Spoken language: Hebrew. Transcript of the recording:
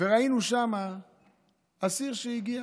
וראינו שם אסיר שהגיע,